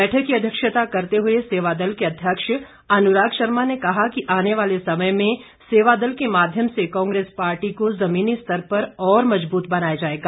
बैठक की अध्यक्षता करते हुए सेवादल के अध्यक्ष अनुराग शर्मा ने कहा कि आने वाले समय में सेवादल के माध्यम से कांग्रेस पार्टी को जमीनी स्तर पर और मजबूत बनाया जाएगा